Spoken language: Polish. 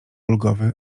ulgowy